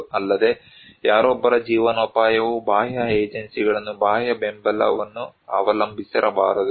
ಅಲ್ಲದೆ ಯಾರೊಬ್ಬರ ಜೀವನೋಪಾಯವು ಬಾಹ್ಯ ಏಜೆನ್ಸಿಗಳನ್ನು ಬಾಹ್ಯ ಬೆಂಬಲವನ್ನು ಅವಲಂಬಿಸಿರಬಾರದು